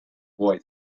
boy